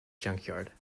junkyard